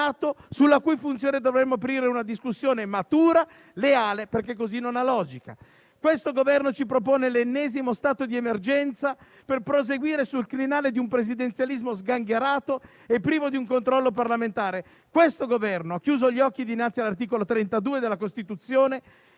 sulla cui funzione dovremmo aprire una discussione matura e leale, perché così non ha logica. Questo Governo ci propone l'ennesimo stato di emergenza per proseguire sul crinale di un presidenzialismo sgangherato e privo di un controllo parlamentare. Questo Governo ha chiuso gli occhi dinanzi all'articolo 32 della Costituzione,